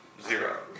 Zero